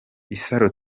isaro